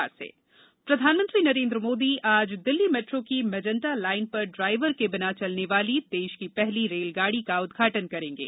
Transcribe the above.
PM driver रहित rail प्रधानमंत्री नरेन्द्र मोदी आज दिल्ली मेट्रो की मेजेंटा लाइन पर ड्राइवर के बिना चलने वाली देश की पहली रेलगाड़ी का उद्घाटन करेंगे